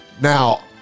Now